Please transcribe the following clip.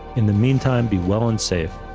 in the meantime, be well and safe.